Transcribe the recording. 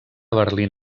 berlín